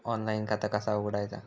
Online खाता कसा उघडायचा?